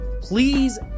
Please